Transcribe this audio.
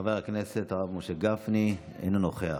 חבר הכנסת הרב משה גפני, אינו נוכח,